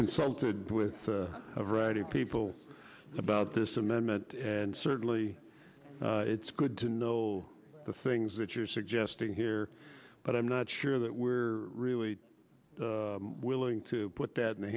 consulted with a variety of people about this cement and certainly it's good to know the things that you're suggesting here but i'm not sure that we're really willing to put that in the